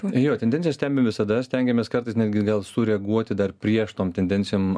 jo tendencijas stebim visada stengiamės kartais netgi gal sureaguoti dar prieš tom tendencijom